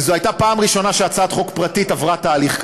וזו הייתה פעם ראשונה שהצעת חוק פרטית עברה תהליך כזה,